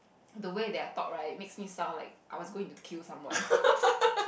the way that I talk right makes me sound like I was going to kill someone